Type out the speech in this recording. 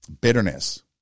bitterness